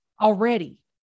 already